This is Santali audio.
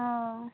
ᱚᱸᱻ